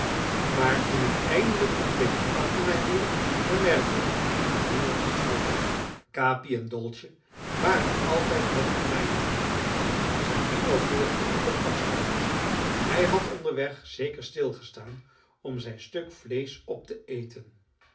maar toen ik eindelijk een blik achter mij wierp bemerkte ik dat niemand ons volgde capi en dolce waren altijd nog op mijne hielen zerbino volgde op een afstand hij had onderweg zeker stilgestaan om zijn stuk vleesch op te eten